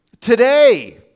today